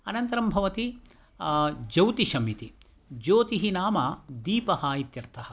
अनन्तरं भवति ज्योतिषम् इति ज्योतिः नाम दीपः इत्यर्थः